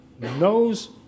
knows